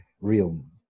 realm